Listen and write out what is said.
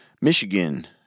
Michigan